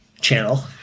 channel